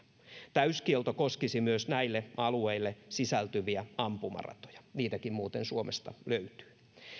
täyskielto koskisi myös näille alueille sisältyviä ampumaratoja niitäkin muuten suomesta löytyy